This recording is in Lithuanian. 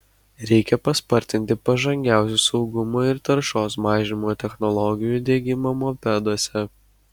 reikia paspartinti pažangiausių saugumo ir taršos mažinimo technologijų diegimą mopeduose